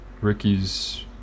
Ricky's